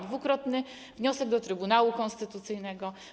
Dwukrotny wniosek do Trybunału Konstytucyjnego.